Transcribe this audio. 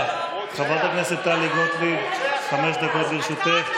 בבקשה, חברת הכנסת טלי גוטליב, חמש דקות לרשותך.